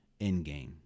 Endgame